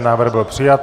Návrh byl přijat.